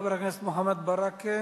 תודה לחבר הכנסת מוחמד ברכה.